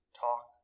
talk